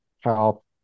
help